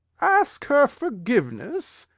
ask her forgiveness?